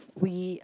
we